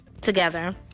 together